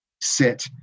sit